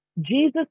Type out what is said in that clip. Jesus